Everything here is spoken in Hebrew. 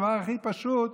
הדבר הכי פשוט,